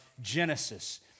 Genesis